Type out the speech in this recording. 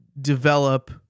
develop